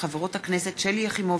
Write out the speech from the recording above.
תודה.